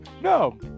no